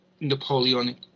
Napoleonic